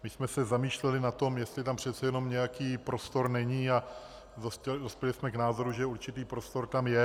My jsme se zamýšleli nad tím, jestli tam přece jenom nějaký prostor není, a dospěli jsme k názoru, že určitý prostor tam je.